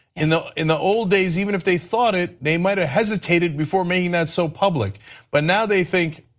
in the in the old days, even if they thought it they might've hesitated before making that so public but now they think,